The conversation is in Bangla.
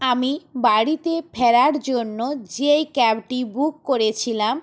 আমি বাড়িতে ফেরার জন্য যেই ক্যাবটি বুক করেছিলাম